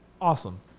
awesome